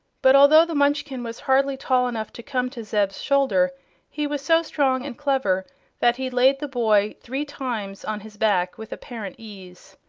but although the munchkin was hardly tall enough to come to zeb's shoulder he was so strong and clever that he laid the boy three times on his back with apparent ease.